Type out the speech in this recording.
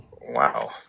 wow